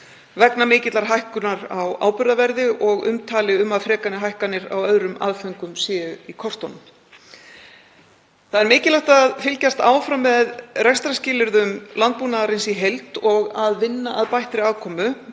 vegna mikillar hækkunar á áburðarverði og umtali um að frekari hækkanir á öðrum aðföngum sé í kortunum. Það er mikilvægt að fylgjast áfram með rekstrarskilyrðum landbúnaðarins í heild og vinna að bættri afkomu.